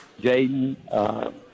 Jaden